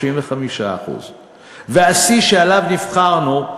35%. והשיא שעליו נבחרנו,